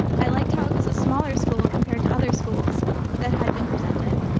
i liked how it was a smaller school compared to other schools that had been presented.